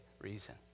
reason